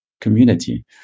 community